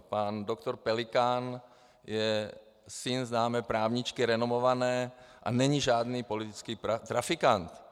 Pan doktor Pelikán je syn známé právničky, renomované, a není žádný politický trafikant.